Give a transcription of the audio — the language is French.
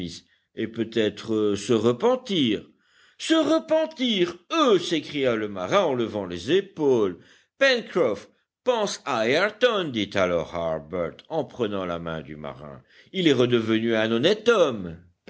et peut-être se repentir se repentir eux s'écria le marin en levant les épaules pencroff pense à ayrton dit alors harbert en prenant la main du marin il est redevenu un honnête homme